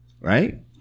Right